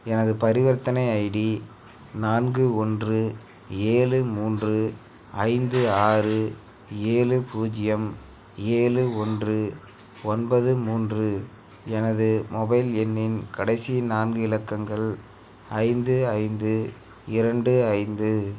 எனது பரிவர்த்தனை ஐடி நான்கு ஒன்று ஏழு மூன்று ஐந்து ஆறு ஏழு பூஜ்ஜியம் ஏழு ஒன்று ஒன்பது மூன்று எனது மொபைல் எண்ணின் கடைசி நான்கு இலக்கங்கள் ஐந்து ஐந்து இரண்டு ஐந்து